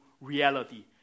reality